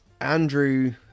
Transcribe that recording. Andrew